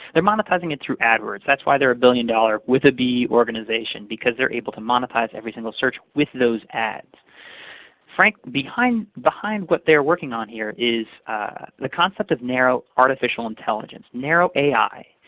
they're monetizing it through ad words. that's why they're a billion dollar, with a b, organization because they're able to monetize every single search with those ads behind behind what they're working on here, is the concept of narrow artificial intelligence, narrow ai.